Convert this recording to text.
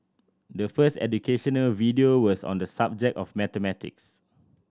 the first educational video was on the subject of mathematics